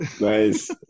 Nice